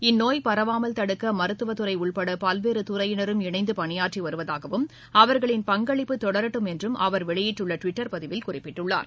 இந்நோய் பரவாமல் தடுக்க மருத்துவத் துறை உட்பட பல்வேறு துறையினரும் இணைந்து பணியாற்றி வருவதாகவும் அவர்களின் பங்களிப்பு தொடரட்டும் என்றும் அவர் வெளியிட்டுள்ள ட்விட்டர் பதிவில் குறிப்பிட்டுள்ளார்